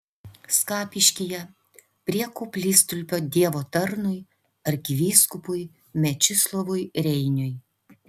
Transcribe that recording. skapiškyje prie koplytstulpio dievo tarnui arkivyskupui mečislovui reiniui